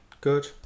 Good